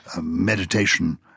meditation